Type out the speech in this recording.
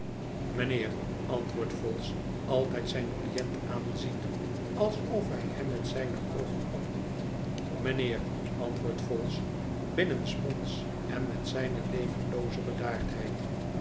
mijnheer antwooi'dt vholes altijd zijn cliënt aanziende alsof hij hem met zyne oogen opat mijnheer antwoordt vholes binnensmonds en met zijne levenlooze